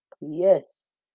yes